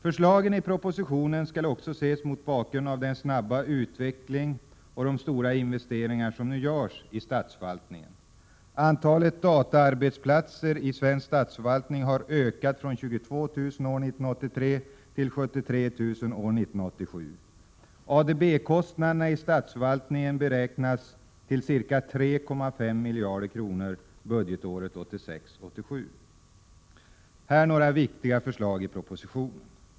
Förslagen i propositionen skall också ses mot bakgrund av den snabba utvecklingen och de stora investeringar som nu görs i statsförvaltningen. Antalet dataarbetsplatser i svensk statsförvaltning har ökat från 22 000 år 1983 till 73 000 år 1987. Jag skall ta upp ett par viktiga förslag i propositionen.